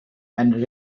and